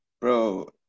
Bro